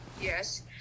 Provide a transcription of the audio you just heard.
Yes